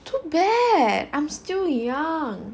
too bad I'm still young